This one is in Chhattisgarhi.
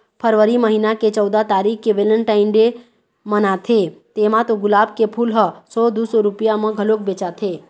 फरवरी महिना के चउदा तारीख के वेलेनटाइन डे मनाथे तेमा तो गुलाब के फूल ह सौ दू सौ रूपिया म घलोक बेचाथे